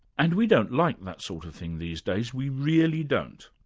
and we don't like that sort of thing these days, we really don't.